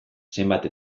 zenbat